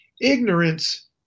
Ignorance